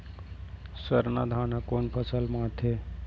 सरना धान ह कोन फसल में आथे?